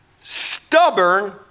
stubborn